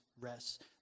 rest